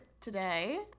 today